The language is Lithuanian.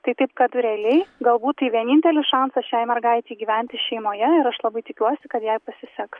tai taip kad realiai galbūt tai vienintelis šansas šiai mergaitei gyventi šeimoje ir aš labai tikiuosi kad jai pasiseks